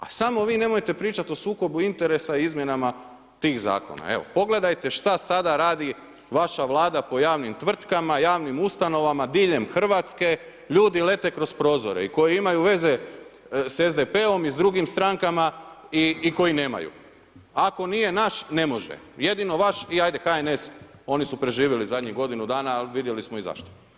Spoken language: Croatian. A samo vi nemojte pričat o sukobu interesa i izmjenama tih zakona, evo pogledajte šta sada radi vaša Vlada po javnim tvrtkama, javnim ustanovama diljem Hrvatske, ljudi lete kroz prozore i koji imaju veze s SDP-om i drugim strankama i koji nemaju, ako nije naš, ne može, jedino vaš i ajde HNS, oni su preživili zadnjih godinu dana, ali vidjeli smo i zašto.